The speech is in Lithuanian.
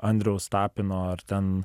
andriaus tapino ar ten